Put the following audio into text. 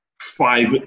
five